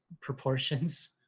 proportions